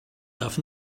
darf